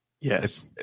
Yes